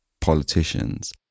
politicians